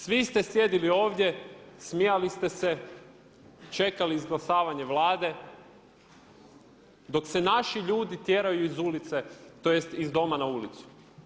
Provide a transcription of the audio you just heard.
Svi ste sjedili ovdje, smijali ste se i čekali izglasavanje Vlade dok se naši ljudi tjeraju iz ulice tj. iz doma na ulicu.